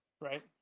Right